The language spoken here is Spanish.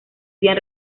bien